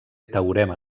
teorema